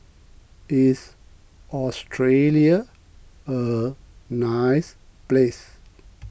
is Australia a nice place